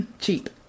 Cheap